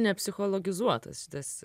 ne psichologizuotas šitas